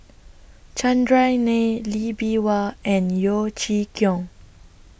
Chandran Nair Lee Bee Wah and Yeo Chee Kiong